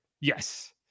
Yes